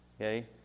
okay